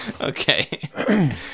okay